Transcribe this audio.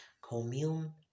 commune